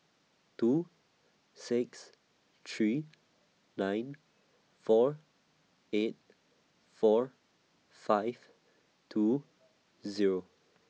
two six three nine four eight four five two Zero